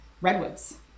Redwoods